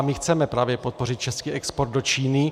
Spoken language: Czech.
A my chceme právě podpořit český export do Číny.